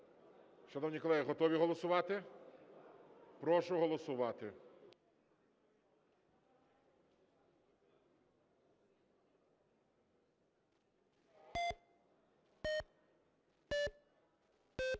Шановні колеги, готові голосувати? Прошу голосувати.